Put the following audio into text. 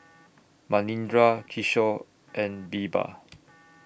Manindra Kishore and Birbal